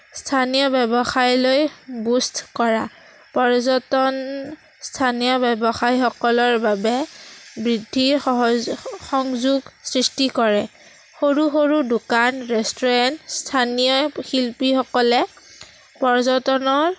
স্থানীয় ব্যৱসায়লৈ বুষ্ট কৰা পৰ্যটন স্থানীয় ব্যৱসায়ীসকলৰ বাবে বৃদ্ধিৰ সহজ সংযোগ সৃষ্টি কৰে সৰু সৰু দোকান ৰেষ্টুৰেণ্ট স্থানীয় শিল্পীসকলে পৰ্যটনৰ